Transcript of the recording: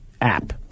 app